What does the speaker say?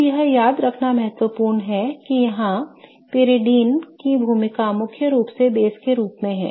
अब यह याद रखना महत्वपूर्ण है कि यहां पाइरीडीन की भूमिका मुख्य रूप से बेस के रूप में है